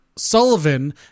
Sullivan